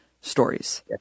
stories